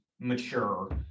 mature